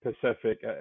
Pacific